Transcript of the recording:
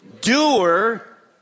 doer